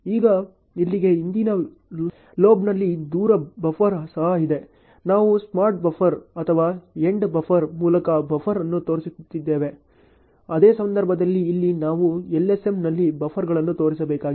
ಈಗ ಇಲ್ಲಿಗೆ ಹಿಂದಿನ ಎಲ್ ಓ ಬಿLOBನಲ್ಲಿ ದೂರ ಬಫರ್ ಸಹ ಇದೆ ನಾವು ಸ್ಟಾರ್ಟ್ ಬಫರ್ ಅಥವಾ ಎಂಡ್ ಬಫರ್ ಮೂಲಕ ಬಫರ್ ಅನ್ನು ತೋರಿಸಿದ್ದೇವೆ ಅದೇ ಸಂದರ್ಭದಲ್ಲಿ ಇಲ್ಲಿ ನಾವು LSMನಲ್ಲಿ ಬಫರ್ಗಳನ್ನು ತೋರಿಸಬೇಕಾಗಿದೆ